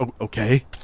okay